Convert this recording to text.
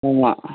ஆமாம்